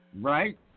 Right